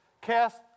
cast